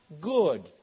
good